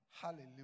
Hallelujah